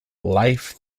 life